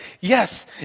yes